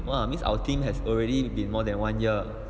!wah! miss our team has already been more than one year